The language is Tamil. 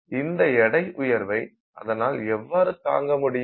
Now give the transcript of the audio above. இந்த எடை உயர்வை அதனால் எவ்வாறு தாங்க முடியும்